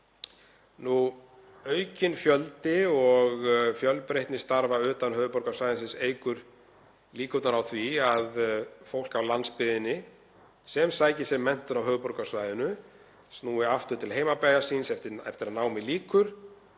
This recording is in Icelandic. við. Aukinn fjöldi og fjölbreytni starfa utan höfuðborgarsvæðisins eykur líkurnar á því að fólk af landsbyggðinni, sem sækir sér menntun á höfuðborgarsvæðinu, snúi aftur til heimabæjar síns eftir að námi lýkur